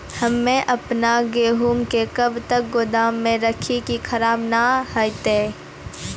हम्मे आपन गेहूँ के कब तक गोदाम मे राखी कि खराब न हते?